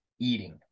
eating